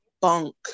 bunk